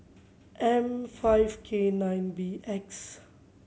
M five K nine B X